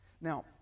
Now